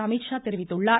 அமீத்ஷா தெரிவித்துள்ளார்